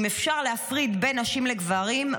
אם אפשר להפריד בין נשים לגברים,